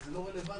זה לא רלוונטי.